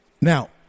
now